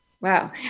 wow